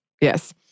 Yes